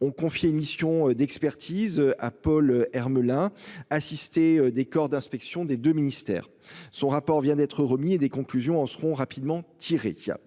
ont confié une mission d'expertise à Paul Hermelin assisté des corps d'inspection des deux ministères son rapport vient d'être remis et des conclusions en seront rapidement tiré à